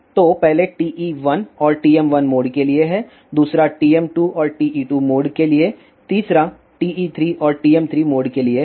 तो पहले TE1 और TM1 मोड के लिए है दूसरा TM2 और TE2 मोड के लिए तीसरा TE3 और TM3 मोड के लिए है